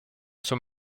sans